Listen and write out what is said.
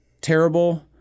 terrible